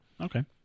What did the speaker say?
Okay